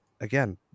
again